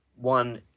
one